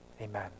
Amen